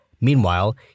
Meanwhile